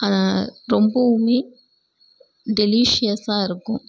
ரொம்பவுமே டெலிஷியஸாக இருக்கும்